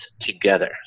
together